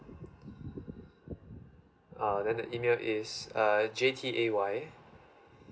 uh then the email is uh J T A Y